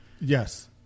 Yes